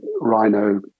rhino